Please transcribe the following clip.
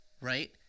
Right